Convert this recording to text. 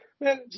Man